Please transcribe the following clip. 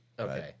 Okay